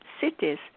cities